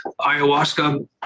ayahuasca